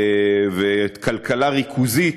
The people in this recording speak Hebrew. וכלכלה ריכוזית,